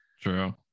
True